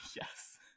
Yes